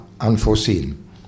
unforeseen